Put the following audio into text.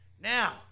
Now